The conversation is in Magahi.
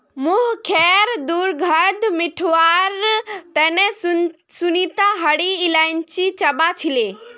मुँहखैर दुर्गंध मिटवार तने सुनीता हरी इलायची चबा छीले